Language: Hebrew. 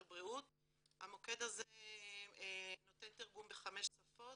המוקד הזה נותן תרגום בחמש שפות: